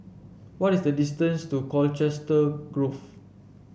what is the distance to Colchester Grove